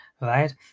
right